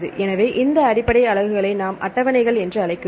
எனவே இந்த அடிப்படை அலகுகளை நாம் அட்டவணைகள் என்று அழைக்கிறோம்